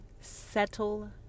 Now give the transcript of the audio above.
settle